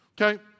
okay